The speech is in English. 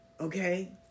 Okay